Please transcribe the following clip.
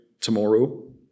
tomorrow